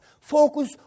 Focus